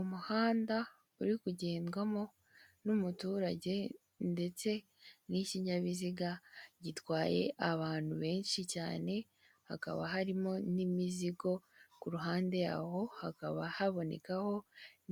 Umuhanda uri kugendwamo n'umuturage ndetse n'ikinyabiziga gitwaye abantu benshi cyane, hakaba harimo n'imizigo ku ruhandeho hakaba habonekaho